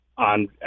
on